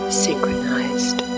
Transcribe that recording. synchronized